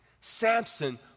Samson